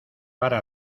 para